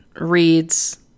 reads